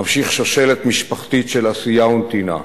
ממשיך שושלת משפחתית של עשייה ונתינה.